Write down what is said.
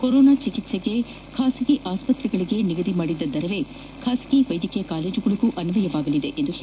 corona ಚಿಕಿತ್ತೆಗೆ ಖಾಸಗಿ ಆಸ್ತೆಗಳಿಗೆ ನಿಗದಿ ಮಾಡಿದ್ದ ದರವೇ ಖಾಸಗಿ ವೈದ್ಯಕೀಯ ಕಾಲೇಜುಗಳಿಗೂ ಅನ್ವಯ ಆಗಲಿದೆ ಎಂದರು